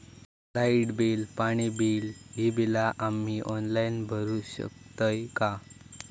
Light bill, पाणी bill, ही बिला आम्ही ऑनलाइन भरू शकतय का?